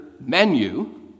menu